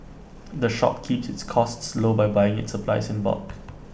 the shop keeps its costs low by buying its supplies in bulk